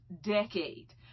decade